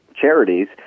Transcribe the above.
charities